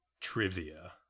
Trivia